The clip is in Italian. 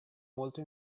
molto